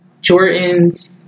Jordan's